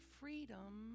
freedom